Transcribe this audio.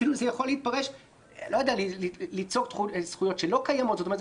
זה אפילו ליצור זכויות שלא קיימות זאת אומרת,